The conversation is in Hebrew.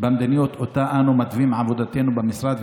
במדיניות שאותה אנו מתווים בעבודתנו במשרד,